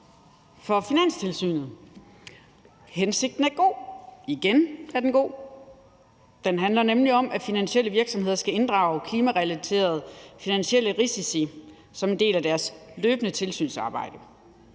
for Finanstilsynet. Hensigten er god – igen er den god – for det handler nemlig om, at finansielle virksomheder skal inddrage klimarelaterede finansielle risici som en del af deres løbende tilsynsarbejde.